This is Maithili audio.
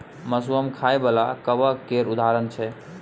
मसरुम खाइ बला कबक केर उदाहरण छै